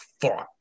fought